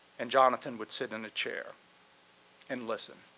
and jonathan would sit in a chair and listen,